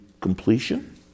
completion